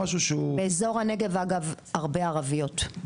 באזור הנגב, אגב, הרבה ערביות.